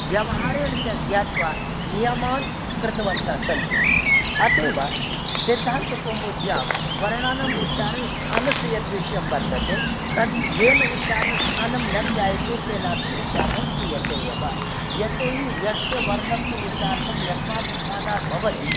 व्यवहारेण च ज्ञात्वा नियमान् कृतवन्तः सन्ति अत एव सिद्धान्तकौमुद्यां वर्णानां उच्चारणस्थानस्य यद्विषयं वर्तते तद् येन उच्चारणस्थानं न ज्ञायते तेनापि उच्चारणं क्रियते एव यतोहि यस्य वर्णस्य उच्चारणं यस्माद् स्थानाद् भवति